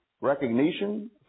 recognition